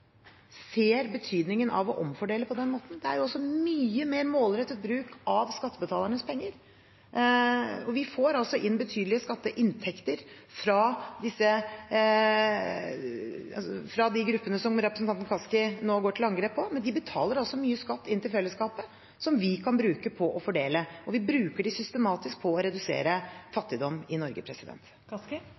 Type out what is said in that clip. ser betydningen av å omfordele på den måten. Det er mye mer målrettet bruk av skattebetalernes penger. Vi får inn betydelige skatteinntekter fra de gruppene som representanten Kaski nå går til angrep på. De betaler mye skatt inn til fellesskapet som vi kan bruke på å fordele. Og vi bruker dem systematisk på å redusere fattigdom i Norge. Kari Elisabeth Kaski